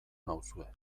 nauzue